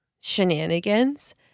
shenanigans